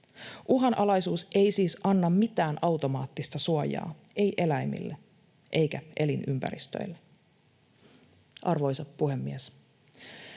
Uhanalaisuus ei siis anna mitään automaattista suojaa, ei eläimille eikä elinympäristöille. Arvoisa puhemies!